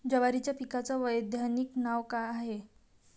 जवारीच्या पिकाचं वैधानिक नाव का हाये?